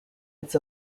its